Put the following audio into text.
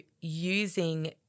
using